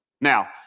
Now